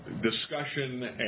discussion